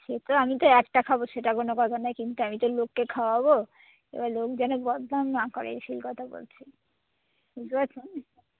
সে তো আমি তো একটা খাবো সেটা কোনো কথা নয় কিন্তু আমি তো লোককে খাওয়াবো এবার লোক যেন বদনাম না করে সেই কথা বলছি বুঝতে পারছেন